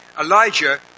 Elijah